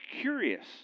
curious